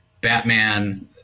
Batman